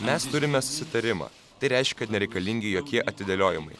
mes turime susitarimą tai reiškia kad nereikalingi jokie atidėliojimai